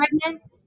pregnant